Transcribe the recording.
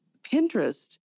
Pinterest